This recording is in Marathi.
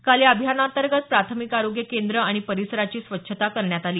काल या अभियानांतर्गत प्राथमिक आरोग्य केंद्र आणि परिसराची स्वच्छता करण्यात आली